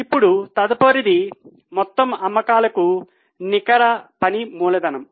ఇప్పుడు తదుపరిది మొత్తం అమ్మకాలకు నికర పని మూలధనం